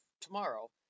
tomorrow